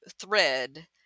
thread